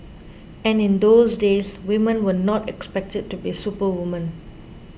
and in those days women were not expected to be superwomen